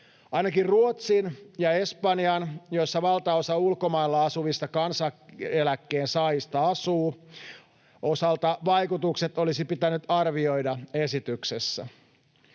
Ainakin Ruotsin ja Espanjan — joissa valtaosa ulkomailla asuvista kansaneläkkeen saajista asuu — osalta vaikutukset olisi pitänyt arvioida esityksessä.